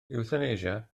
ewthanasia